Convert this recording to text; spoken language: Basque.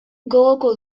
gogoko